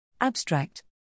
Abstract